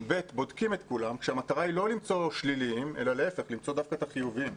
בודקים את כולם כשהמטרה היא לא למצוא שליליים אלא דווקא את החיוביים,